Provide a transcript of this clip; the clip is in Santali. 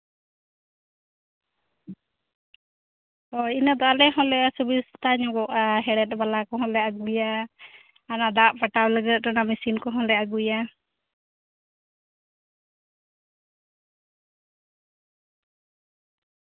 ᱦᱳᱭ ᱤᱱᱟᱹ ᱫᱚ ᱟᱞᱮ ᱦᱚᱸᱞᱮ ᱥᱩᱵᱤᱛᱟ ᱧᱚᱜᱚᱜᱼᱟ ᱦᱮᱲᱦᱮᱫ ᱵᱟᱞᱟ ᱠᱚᱦᱚᱸ ᱞᱮ ᱟᱹᱜᱩᱭᱟ ᱚᱱᱟ ᱫᱟᱜ ᱯᱟᱴᱟᱣ ᱞᱟᱹᱜᱤᱫ ᱚᱱᱟ ᱢᱮᱥᱤᱱ ᱠᱚᱦᱚᱸᱞᱮ ᱟᱹᱜᱩᱭᱟ